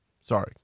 Sorry